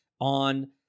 on